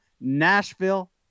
Nashville